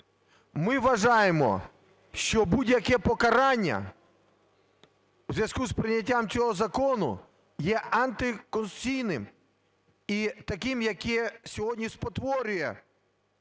Ми вважаємо, що будь-яке покарання у зв'язку з прийняттям цього закону є антиконституційним і таким, яке сьогодні спотворює